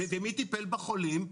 ומי טיפל בחולים?